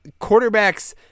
quarterbacks